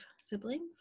siblings